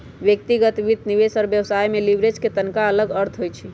व्यक्तिगत वित्त, निवेश और व्यवसाय में लिवरेज के तनका अलग अर्थ होइ छइ